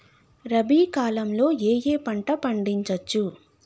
రబీ కాలంలో ఏ ఏ పంట పండించచ్చు?